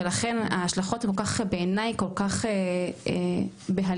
ולכן ההשלכות בעיני כל כך בהלימה,